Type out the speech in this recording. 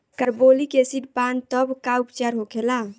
Carbolic acid पान तब का उपचार होखेला?